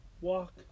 walk